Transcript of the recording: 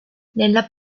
nella